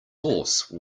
horse